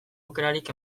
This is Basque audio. aukerarik